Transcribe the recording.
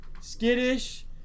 Skittish